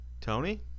Tony